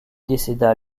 décéda